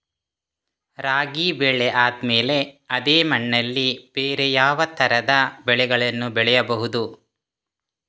ರಾಗಿ ಬೆಳೆ ಆದ್ಮೇಲೆ ಅದೇ ಮಣ್ಣಲ್ಲಿ ಬೇರೆ ಯಾವ ತರದ ಬೆಳೆಗಳನ್ನು ಬೆಳೆಯಬಹುದು?